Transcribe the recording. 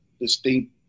distinct